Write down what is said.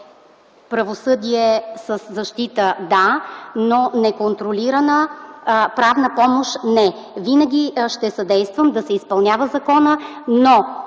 правосъдие със защита – да, но неконтролирана правна помощ – не. Винаги ще съдействам да се изпълнява закона, но